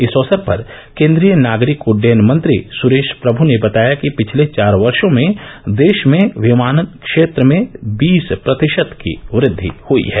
इस अवसर पर केन्द्रीय नागरिक उड्डयन मंत्री सुरेश प्रभू ने बताया कि पिछले चार वर्षो में देश में विमानन क्षेत्र में बीस प्रतिशत की वृद्धि हुई है